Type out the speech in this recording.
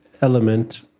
element